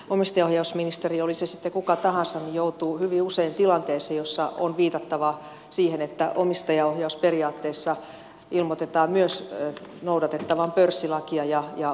omistajaohjausministeri olisi se sitten kuka tahansa joutuu hyvin usein tilanteeseen jossa on viitattava siihen että omistajaohjausperiaatteessa ilmoitetaan myös noudatettavan pörssilakia ja osakeyhtiölakia